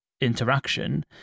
interaction